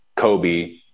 Kobe